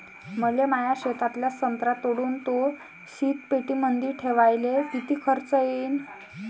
मले माया शेतातला संत्रा तोडून तो शीतपेटीमंदी ठेवायले किती खर्च येईन?